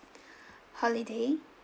holiday